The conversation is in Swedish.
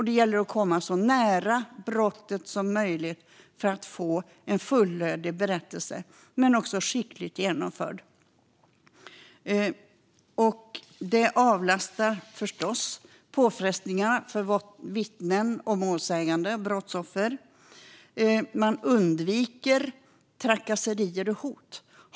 Det gäller att komma så nära brottet som möjligt för att få en fullödig berättelse i skickligt genomförda förhör. Det avlastar förstås påfrestningar för såväl vittnen som målsägande och brottsoffer, och man undviker trakasserier och hot.